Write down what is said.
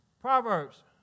Proverbs